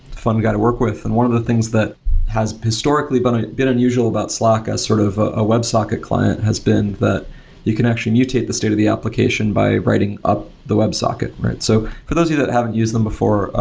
fun we got to work with. and one of the things that has historically been ah been unusual about slack as sort of a web socket client has been that you can actually mutate the state of the application by writing up the web socket. so for those of you that haven't used them before,